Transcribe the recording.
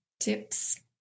tips